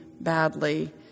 badly